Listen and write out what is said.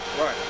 Right